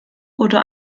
oder